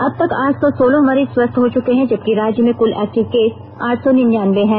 अब तक आठ सौ सोलह मरीज स्वस्थ हो चुके हैं जबकि राज्य में कुल एक्टिव केस आठ सौ निन्नयाबें है